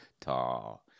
tall